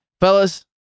Fellas